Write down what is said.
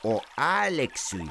o aleksiui